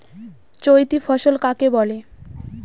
চৈতি ফসল কাকে বলে?